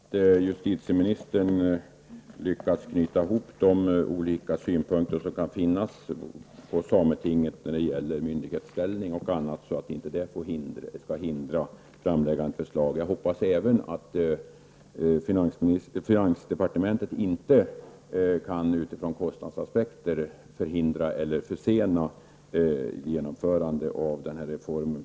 Fru talman! Jag hoppas att justitieministern lyckas knyta ihop de olika synpunkter som kan finnas på sametinget när det gäller myndighetsställning och annat så att framläggandet av förslag inte förhindras. Jag hoppas även att finansdepartementet inte utifrån kostnadsaspekter kan förhindra eller försena genomförandet av reformen.